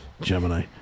Gemini